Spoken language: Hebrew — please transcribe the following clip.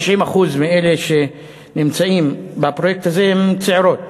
90% מאלה שנמצאים בפרויקט הזה הם צעירות,